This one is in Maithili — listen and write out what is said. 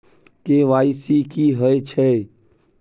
के.वाई.सी की हय छै?